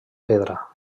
pedra